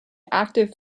active